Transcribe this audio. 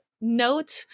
note